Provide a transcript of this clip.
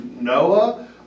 noah